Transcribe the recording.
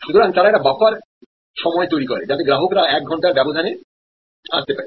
সুতরাং তারা একটি বাফার সময় তৈরি করে যাতে গ্রাহকরা এক ঘণ্টার ব্যবধানে আসতে পারেন